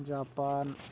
Japan